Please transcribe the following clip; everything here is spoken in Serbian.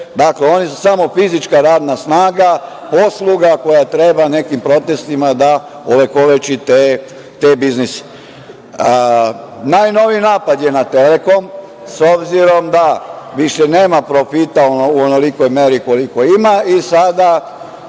biznise, su samo fizička radna snaga, posluga koja treba nekim protestima da ovekoveči te biznise. Najnoviji napad je na „Telekom“, s obzirom da više nema profita u onolikoj meri koliko ima, i sada